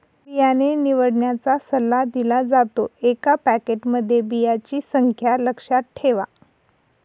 बियाणे निवडण्याचा सल्ला दिला जातो, एका पॅकेटमध्ये बियांची संख्या लक्षात ठेवा